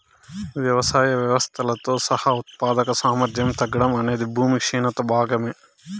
వ్యవసాయ వ్యవస్థలతో సహా ఉత్పాదక సామర్థ్యాన్ని తగ్గడం అనేది భూమి క్షీణత భాగమే